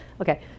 Okay